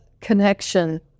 connection